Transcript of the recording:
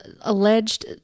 alleged